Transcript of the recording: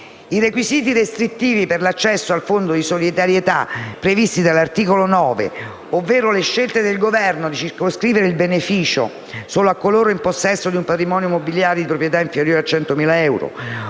i requisiti restrittivi per l'accesso al Fondo di solidarietà previsti dall'articolo 9, ovvero le scelte del Governo di circoscrivere il beneficio solo a coloro in possesso di un patrimonio mobiliare di proprietà inferiore a 100.000 euro